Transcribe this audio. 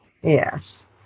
Yes